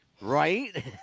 Right